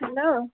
hello